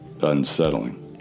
unsettling